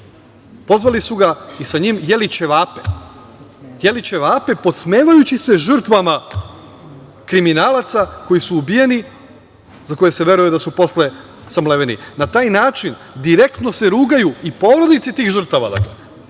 Pozvali su ga i sa njim jeli ćevape, podsmevajući se žrtvama kriminalaca koji su ubijeni, za koje se veruje da su posle samleveni. Na taj način, direktno se rugaju i porodici tih žrtava. Želeo